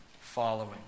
following